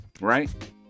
Right